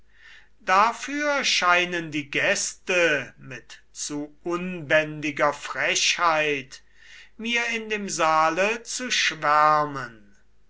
dafür scheinen die gäste mit zu unbändiger frechheit mir in dem saale zu schwärmen